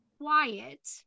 quiet